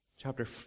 Chapter